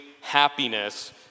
happiness